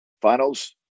finals